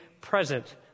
present